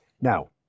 Now